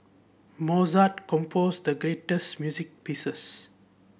Mozart composed the great music pieces